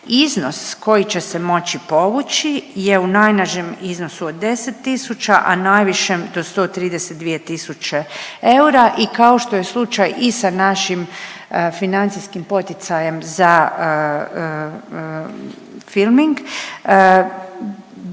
Iznos koji će se moći povući je u najnižem iznosu od 10 tisuća, a najvišem do 132 tisuće eura i kao što je slučaj i sa našim financijskim poticajem za filming